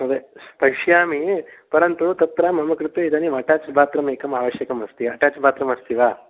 पश्यामि परन्तु मम कृते इदानीम् अटेच् बात्रूमेकम् आवश्यकमस्ति अटेच् बात्रूम् अस्ति वा